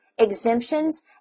Exemptions